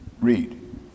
Read